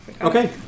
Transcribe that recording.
Okay